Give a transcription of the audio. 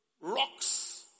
rocks